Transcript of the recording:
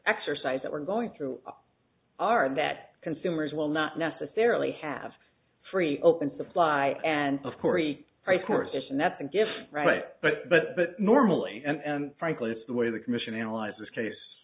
exercise that we're going through are that consumers will not necessarily have free open supply and of corey recourse isn't that the gift right but but but normally and frankly if the way the commission analyzed this case